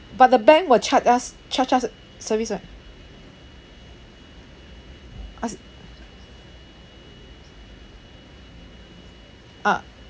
but the bank will charge us charge us service right as~ ah